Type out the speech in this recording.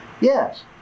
Yes